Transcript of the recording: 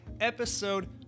episode